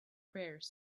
prayers